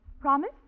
Promise